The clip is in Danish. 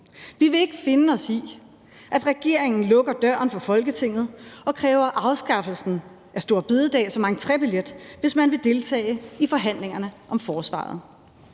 Vi vil ikke finde os i, at regeringen lukker døren for Folketinget og kræver afskaffelsen af store bededag som entrébillet, hvis man vil deltage i forhandlingerne om forsvaret.